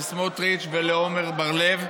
לסמוטריץ ולעמר בר-לב.